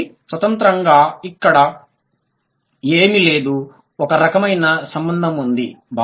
కాబట్టి స్వతంత్రంగా ఇక్కడ ఏమీ లేదు ఒకరకమైన సంబంధం ఉంది